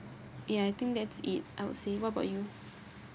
ya I think that's it I would say what about you